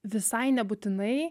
visai nebūtinai